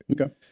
Okay